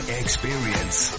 experience